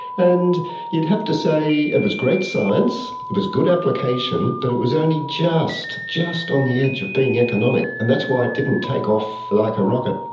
and you'd have to say it was great science, it was good application, but it was only just, just on the edge of being economic. and that's why it didn't take off like a rocket.